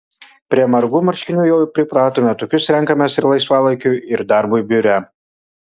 prie margų marškinių jau pripratome tokius renkamės ir laisvalaikiui ir darbui biure